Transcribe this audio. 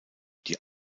die